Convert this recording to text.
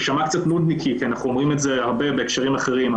אנחנו אומרים את זה הרבה בהקשרים אחרים,